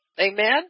Amen